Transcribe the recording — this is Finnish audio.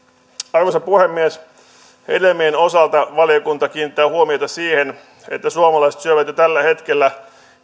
arvoisa puhemies hedelmien osalta valiokunta kiinnittää huomiota siihen että suomalaiset syövät jo tällä hetkellä